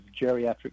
Geriatric